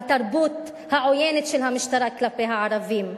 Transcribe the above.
התרבות העוינת של המשטרה כלפי הערבים,